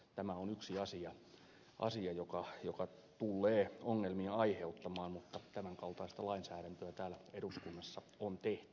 tämä on yksi asia joka tullee ongelmia aiheuttamaan mutta tämän kaltaista lainsäädäntöä täällä eduskunnassa on tehty